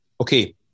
Okay